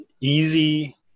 easy